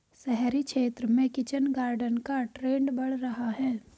शहरी क्षेत्र में किचन गार्डन का ट्रेंड बढ़ रहा है